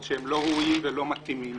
לא ראויים ולא מתאימים,